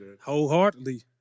Wholeheartedly